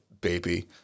baby